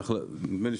נדמה לי,